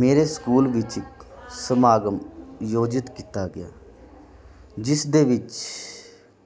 ਮੇਰੇ ਸਕੂਲ ਵਿੱਚ ਸਮਾਗਮ ਅਯੋਜਿਤ ਕੀਤਾ ਗਿਆ ਜਿਸ ਦੇ ਵਿੱਚ